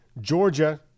Georgia